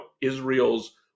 Israel's